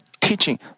teaching